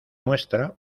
muestra